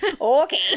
Okay